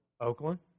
Oakland